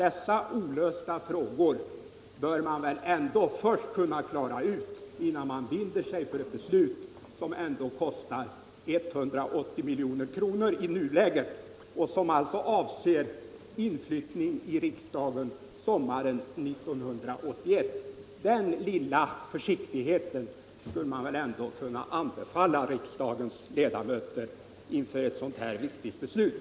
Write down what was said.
Dessa olösta frågor bör man väl ändå först klara ut, innan man binder sig för ett beslut som kostar 180 milj.kr. i nuläget och som alltså avser inflyttning i gamla riksdagshuset sommaren 1981. Den lilla försiktigheten skulle man väl ändå kunna anbefalla riksdagens ledamöter inför ett sådant här viktigt beslut.